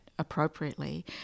appropriately